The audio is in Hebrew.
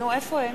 הממשלה אין